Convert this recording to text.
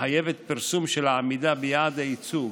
מחייבת פרסום של העמידה ביעד הייצוג,